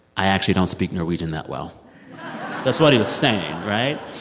i actually don't speak norwegian that well that's what he was saying, right?